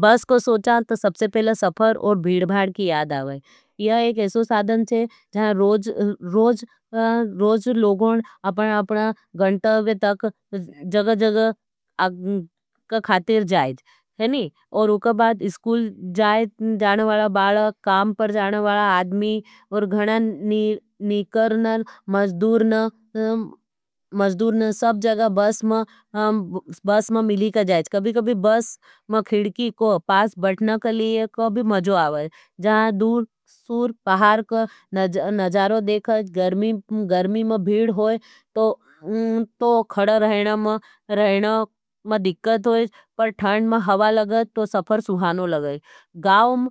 बस को सोचा, तो सबसे पहले सफर और भीडभाड की याद आवें। यह एक एसो साधन छे, जहां रोज लोगों अपना अपना गंटा वे तक जगजग का खातेर जायें। और उ का बाद स्कूल जाने वाला बाला, काम पर जाने वाला आदमी और घणा नीकरन, मजदूरन सब जग़ा बस में मिली का जायें। कभी-कभी बस में मिली के जाई बस में खिड़की को पास बैठनों का भी मज़ो आवें। जहां दूर-सूर, पहाड़ का नजारों देखें। गर्मी में भीड होई, तो खड़ा रहने में दिक्कत होई, पर ठंड में हवा लगेत, तो सफर सुहानों लगेत। गाउं